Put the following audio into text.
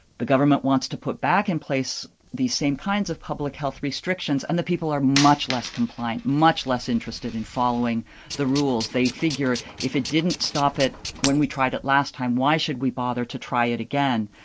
the government wants to put back in place the same kinds of public health restrictions. and the people are much less compliant, much less interested in following the rules. they figure if it didn't stop it when we tried it last time, why should we bother to try it again?